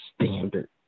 standard